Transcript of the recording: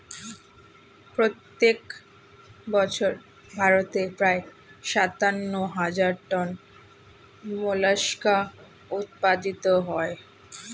প্রত্যেক বছর ভারতে প্রায় সাতান্ন হাজার টন মোলাস্কা উৎপাদিত হয়